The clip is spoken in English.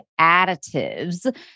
additives